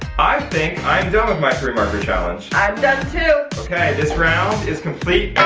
i think i'm done with my three marker challenge. i'm done too. okay this round is complete.